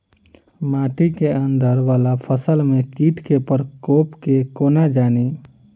माटि केँ अंदर वला फसल मे कीट केँ प्रकोप केँ कोना जानि?